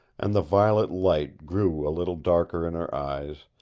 and the violet light grew a little darker in her eyes,